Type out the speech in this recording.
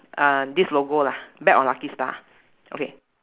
uh this logo lah bet on lucky star okay